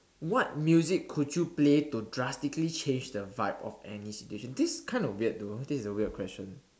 what music could you play to drastically change the vibe of any situation this is kind of weird though this is a weird question